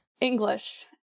English